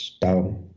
down